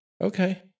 Okay